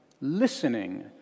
Listening